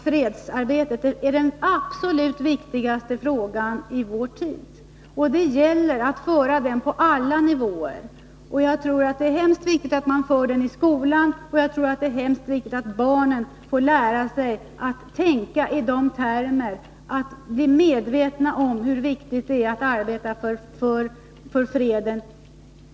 Fredsarbetet är den absolut viktigaste frågan i vår tid. Och det gäller att arbeta med den på alla nivåer. Jag tror att det är mycket viktigt att föra den i skolan, och jag tror att det är mycket viktigt att barnen får lära sig att tänka i de termerna, att från början bli medvetna om hur viktigt det är att arbeta för fred.